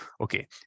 Okay